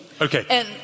Okay